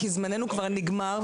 כי זמננו נגמר,